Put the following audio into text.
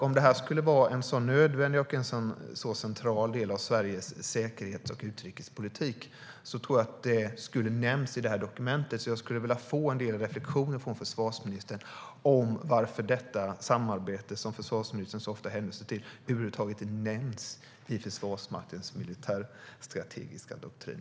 Om det var en sådan nödvändig och central del av Sveriges säkerhets och utrikespolitik tror jag att det skulle ha nämnts i det dokumentet. Jag skulle vilja höra en del reflektioner från försvarsministern om varför detta samarbete, som försvarsministern så ofta hänvisar till, över huvud taget inte nämns i Försvarsmaktens militärstrategiska doktrin.